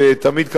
שתמיד,